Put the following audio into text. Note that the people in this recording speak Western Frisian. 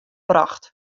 brocht